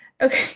okay